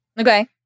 Okay